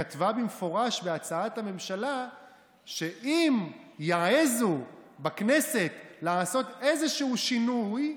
היא כתבה במפורש בהצעת הממשלה שאם יעזו בכנסת לעשות איזשהו שינוי,